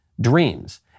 dreams